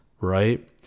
right